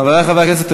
חברי חברי הכנסת,